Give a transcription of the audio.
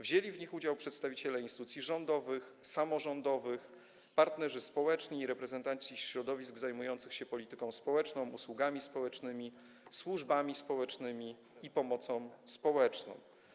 Wzięli w nich udział przedstawiciele instytucji rządowych, samorządowych, partnerzy społeczni i reprezentanci środowisk zajmujących się polityką społeczną, usługami społecznymi, służbami społecznymi i pomocą społeczną.